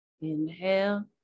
Inhale